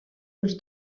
els